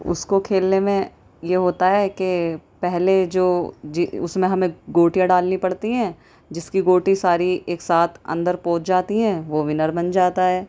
اس کو کھیلنے میں یہ ہوتا ہے کہ پہلے جو اس میں ہمیں گوٹیاں ڈالنی پڑتی ہیں جس کی گوٹی ساری ایک ساتھ اندر پہنچ جاتی ہیں وہ ونر بن جاتا ہے